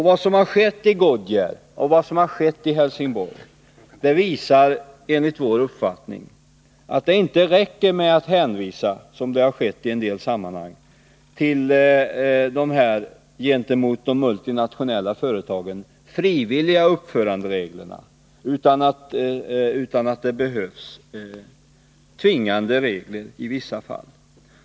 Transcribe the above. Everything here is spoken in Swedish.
Vad som skett i Goodyear och i Helsingborg visar enligt vår uppfattning att det inte räcker — som det hävdats i en del sammanhang — med att hänvisa till de gentemot multinationella företag frivilliga uppförandereglerna, utan att det behövs tvingande regler i vissa fall.